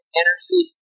energy